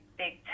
big